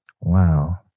Wow